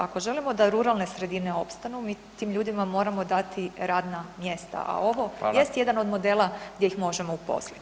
Ako želimo da ruralne sredine opstanu mi tim ljudima moramo dati radna mjesta, a ovo [[Upadica: Hvala.]] jest jedan od modela gdje ih možemo uposliti.